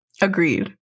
Agreed